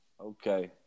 Okay